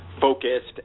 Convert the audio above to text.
focused